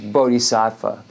Bodhisattva